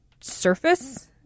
surface